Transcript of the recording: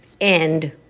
end